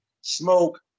Smoke